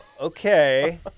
okay